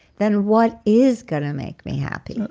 then what is going to make me happy? but